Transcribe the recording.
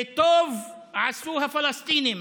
וטוב עשו הפלסטינים,